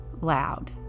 loud